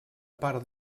part